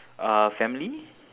uh family